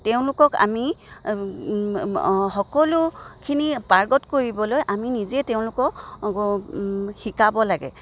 তেওঁলোকক আমি সকলোখিনি পাৰ্গত কৰিবলৈ আমি নিজে তেওঁলোকক শিকাব লাগে